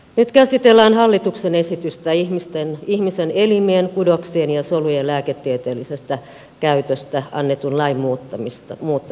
nyt käsitellään hallituksen esitystä ihmisen elimien kudoksien ja solujen lääketieteellisestä käytöstä annetun lain muuttamisesta